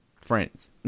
Friends